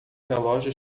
relógio